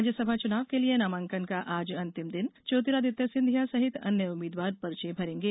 राज्यसभा चुनाव के लिए नामांकन का आज अंतिम दिन ज्योतिरादित्य सिंधिया सहित अन्य उम्मीद्वार पर्चे भरेंगे